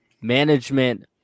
management